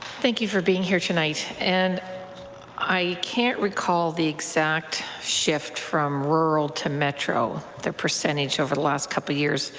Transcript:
thank you for being here tonight. and i can't recall the exact shift from rural to metro, the percentage over the last couple of years.